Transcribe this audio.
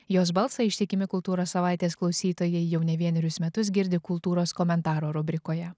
jos balsą ištikimi kultūros savaitės klausytojai jau ne vienerius metus girdi kultūros komentaro rubrikoje